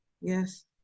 Yes